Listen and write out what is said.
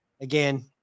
again